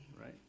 right